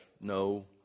no